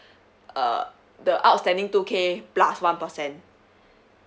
uh the outstanding two K plus one percent